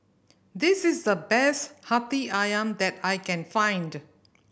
this is the best Hati Ayam that I can find